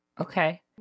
okay